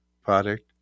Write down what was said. product